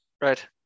Right